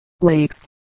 lakes